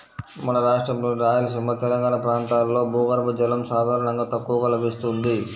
మన రాష్ట్రంలోని రాయలసీమ, తెలంగాణా ప్రాంతాల్లో భూగర్భ జలం సాధారణంగా తక్కువగా లభిస్తుంది